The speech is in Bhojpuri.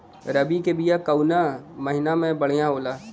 रबी के बिया कवना महीना मे बढ़ियां होला?